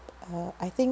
uh I think